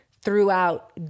throughout